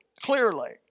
clearly